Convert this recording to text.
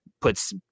puts